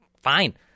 fine